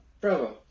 Bravo